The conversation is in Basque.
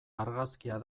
argazkia